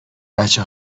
بچه